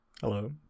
hello